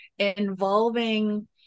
involving